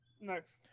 next